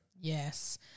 Yes